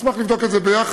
נשמח לבדוק את זה ביחד,